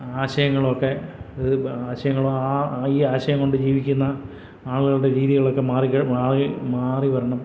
ആശയങ്ങളൊക്കെ ഇത് ആശയങ്ങളോ ആ ഈ ആശയംകൊണ്ട് ജീവിക്കുന്ന ആളുകളുടെ രീതികളൊക്കെ മാറി മാറിവരണം